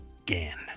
again